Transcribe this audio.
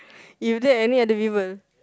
you let any other people